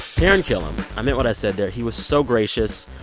taran killam. i mean what i said there. he was so gracious,